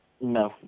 No